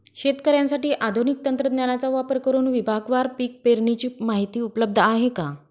शेतकऱ्यांसाठी आधुनिक तंत्रज्ञानाचा वापर करुन विभागवार पीक पेरणीची माहिती उपलब्ध आहे का?